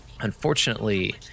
Unfortunately